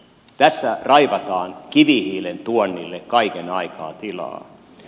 tässä raivataan kivihiilen tuonnille kaiken aikaa tilaa